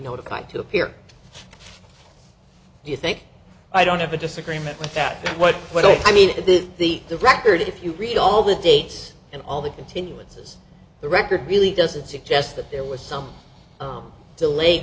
notified to appear do you think i don't have a disagreement with that what i mean is that the the the record if you read all the dates and all the continuances the record really doesn't suggest that there was some delay